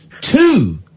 two